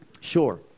Sure